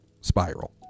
spiral